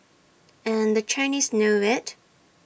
and the Chinese know IT